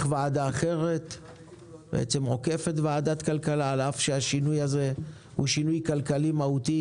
ועדה אחרת עוקפת ועדת כלכלה אף על פי שהשינוי הזה הוא שינוי כלכלי מהותי